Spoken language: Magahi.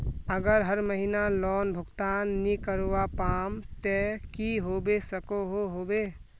अगर हर महीना लोन भुगतान नी करवा पाम ते की होबे सकोहो होबे?